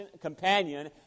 companion